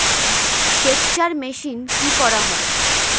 সেকচার মেশিন কি করা হয়?